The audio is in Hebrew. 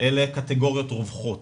אלה קטגוריות רווחות,